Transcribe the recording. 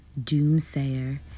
doomsayer